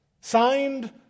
signed